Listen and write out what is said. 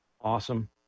Awesome